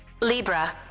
Libra